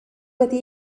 wedi